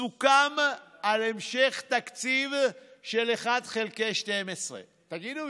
סוכם על המשך תקציב של 1 חלקי 12. תגידו,